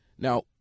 now